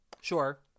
Sure